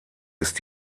ist